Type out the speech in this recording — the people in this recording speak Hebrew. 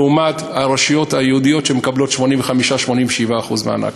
לעומת הרשויות היהודיות שמקבלות 87%-85% מענק.